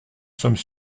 sommes